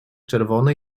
czerwony